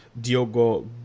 Diogo